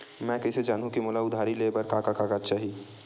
मैं कइसे जानहुँ कि मोला उधारी ले बर का का कागज चाही?